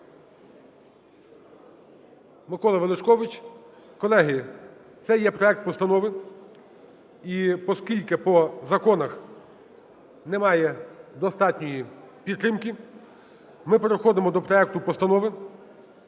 Микола Величкович). Колеги, це є проект постанови, і поскільки по законах немає достатньої підтримки, ми переходимо до проекту Постанови